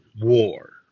war